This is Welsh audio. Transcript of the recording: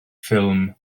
ffilm